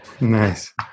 nice